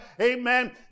amen